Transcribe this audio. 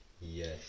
Yes